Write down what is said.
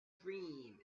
dream